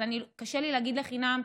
אז קשה לי להגיד לחינם,